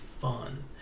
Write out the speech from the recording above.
fun